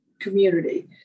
community